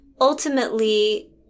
ultimately